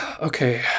Okay